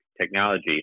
technology